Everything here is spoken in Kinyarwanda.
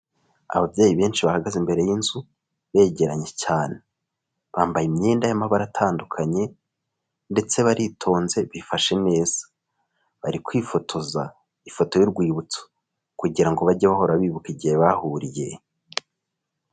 Ababyeyi benshi bahagaze imbere y'inzu, begeranye cyane, bambaye imyenda y'amabara atandukanye, ndetse baritonze ,bifashe neza .Bari kwifotoza ifoto y'urwibutso, kugira ngo bajye bahora bibuka igihe bahuriye.